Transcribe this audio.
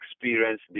experience